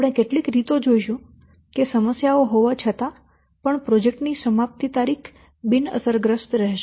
આપણે કેટલીક રીતો જોઈશું કે સમસ્યાઓ હોવા છતાં પણ પ્રોજેક્ટ ની સમાપ્તિ તારીખ બિન અસરગ્રસ્ત રહેશે